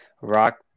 Rock